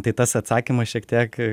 tai tas atsakymas šiek tiek